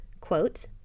quote